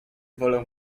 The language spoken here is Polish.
wolę